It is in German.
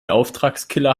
auftragskiller